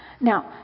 Now